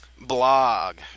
blog